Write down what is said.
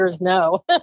No